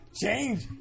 change